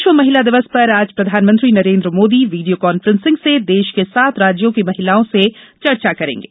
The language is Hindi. विश्व महिला दिवस पर आज प्रधानमंत्री नरेन्द्र मोदी वीडियो कांफेसिंग से देश के सात राज्यों की महिलाओं से चर्चा करेंगे